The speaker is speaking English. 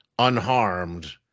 Unharmed